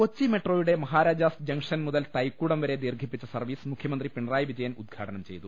കൊച്ചി മെട്രോയുടെ മഹാരാജാസ് ജംഗ്ഷൻ മുതൽ തൈക്കൂടം വരെ ദീർഘിപ്പിച്ച സർവീസ് മുഖ്യമന്ത്രി പിണറായി വിജയൻ ഉദ്ഘാടനം ചെയ്തു